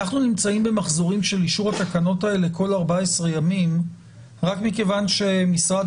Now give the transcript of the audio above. שאנחנו נמצאים במחזורים של אישור התקנות האלה כל 14 ימים רק מכיוון שמשרד